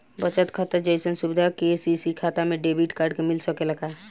बचत खाता जइसन सुविधा के.सी.सी खाता में डेबिट कार्ड के मिल सकेला का?